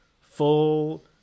full